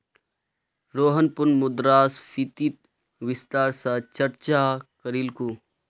रोहन पुनः मुद्रास्फीतित विस्तार स चर्चा करीलकू